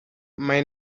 mai